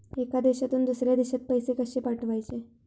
एका देशातून दुसऱ्या देशात पैसे कशे पाठवचे?